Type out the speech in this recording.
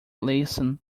liaison